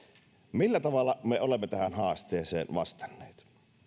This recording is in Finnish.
millä tavalla me olemme tähän haasteeseen vastanneet